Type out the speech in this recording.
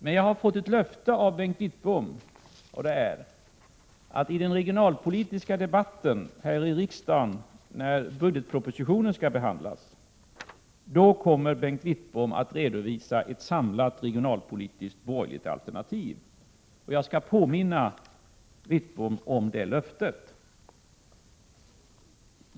Men jag har fått ett löfte av Bengt Wittbom att han vid den regionalpolitiska debatt, då budgetpropositionen skall behandlas, kommer att redovisa ett samlat borgerligt regionalpolitiskt alternativ. Jag skall påminna Wittbom om det löftet.